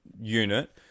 unit